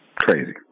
crazy